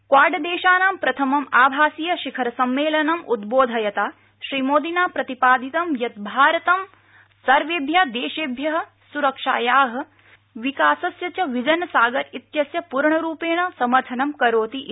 क्वाडदेशानां प्रथमं आभासियशिखरसम्मेलनं उद्रोधयता श्रीमोदिना प्रतिपादितम् यत् भारतं सर्वेभ्य देशेभ्य स्रक्षाया विकासस्य च विजन सागर इत्यस्य पूर्णरूपेण समर्थनं करोति इति